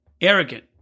arrogant